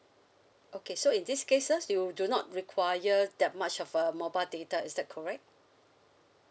okay so in this cases you do not require that much of uh mobile data is that correct